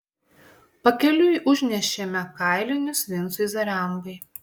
pakeliui užnešėme kailinius vincui zarembai